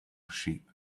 sheep